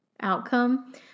outcome